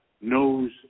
knows